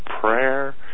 prayer